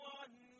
one